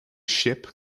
ship